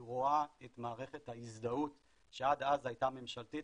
היא רואה את מערכת ההזדהות שעד אז הייתה ממשלתית